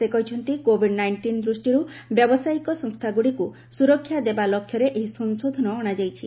ସେ କହିଛନ୍ତି covid nineteen ଦୃଷ୍ଟିରୁ ବ୍ୟବସାୟିକ ସଂସ୍ଥାଗୁଡ଼ିକୁ ସୁରକ୍ଷା ଦେବା ଲକ୍ଷ୍ୟରେ ଏହି ସଂଶୋଧନ ଅଶାଯାଇଛି